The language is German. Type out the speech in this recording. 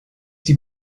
die